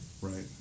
right